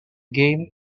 game